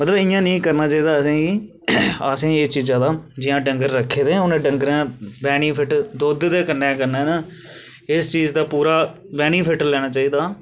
मतलब इयां नेई करना चाहिदा आसेगी आसे गी इस चीज़ा दा जियां डगंर रक्खे दे ना उंहे डंगरा दा बिनेफिट दुध दे कने कने ना इस चीज़ दा पूरा बिनीफिट लेना चाहिदा